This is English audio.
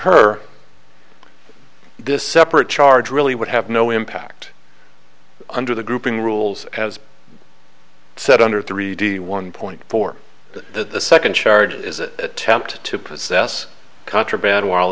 her this separate charge really would have no impact under the grouping rules as said under three d one point four the second charge is that tempt to possess contraband while